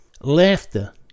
laughter